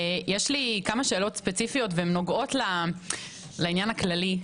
יש לי כמה שאלות ספציפיות שנוגעות לעניין הכללי,